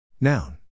Noun